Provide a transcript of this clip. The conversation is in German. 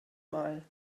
mal